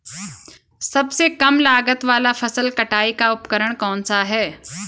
सबसे कम लागत वाला फसल कटाई का उपकरण कौन सा है?